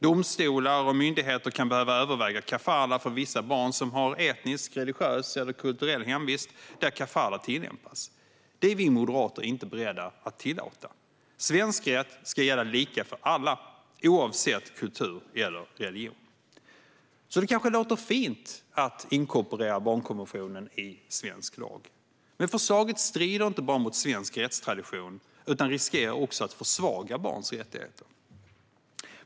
Domstolar och myndigheter kan behöva överväga kafalah för vissa barn som har etnisk, religiös eller kulturell hemvist där kafalah tillämpas. Detta är vi moderater inte beredda att tillåta. Svensk rätt ska gälla lika för alla, oavsett kultur eller religion. Det låter kanske fint att inkorporera barnkonventionen i svensk lag, men förslaget strider inte bara mot svensk rättstradition utan riskerar också att försvaga barns rättigheter.